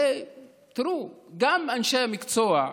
הרי תראו, גם אנשי המקצוע,